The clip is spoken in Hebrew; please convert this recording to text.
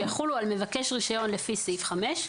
שיחולו על מבקש רישיון לפי סעיף 5,